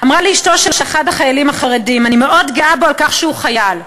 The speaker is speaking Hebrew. אמרה ל׳ אשתו של אחד החיילים החרדים: אני מאוד גאה בו על כך שהוא חייל,